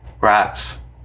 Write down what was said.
Rats